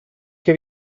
che